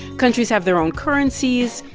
countries have their own currencies.